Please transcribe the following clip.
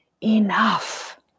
enough